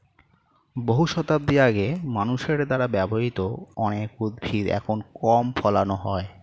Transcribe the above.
বহু শতাব্দী আগে মানুষের দ্বারা ব্যবহৃত অনেক উদ্ভিদ এখন কম ফলানো হয়